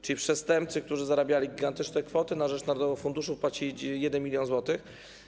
Czyli przestępcy, którzy zarabiali gigantyczne kwoty, na rzecz narodowego funduszu wpłacili 1 mln zł.